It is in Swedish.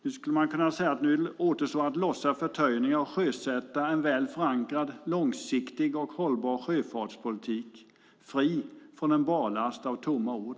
Man skulle kunna säga att nu återstår att lossa förtöjningen och sjösätta en välförankrad, långsiktig och hållbar sjöfartspolitik, fri från en barlast av tomma ord.